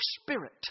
spirit